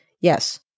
Yes